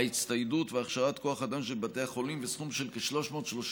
ההצטיידות והכשרת כוח אדם של בתי החולים וסכום של כ-330